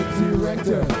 director